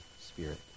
Spirit